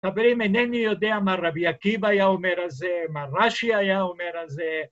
‫דברים אינני יודע ‫מה רבי עקיבא היה אומר על זה, ‫מה רשי היה אומר על זה.